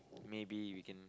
maybe we can